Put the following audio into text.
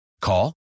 Call